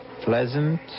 pleasant